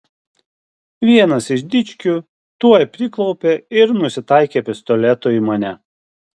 vienas iš dičkių tuoj priklaupė ir nusitaikė pistoletu į mane